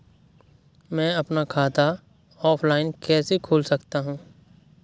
मैं अपना खाता ऑफलाइन कैसे खोल सकता हूँ?